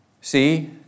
see